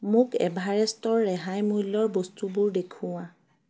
মোক এভাৰেষ্টৰ ৰেহাই মূল্যৰ বস্তুবোৰ দেখুওৱা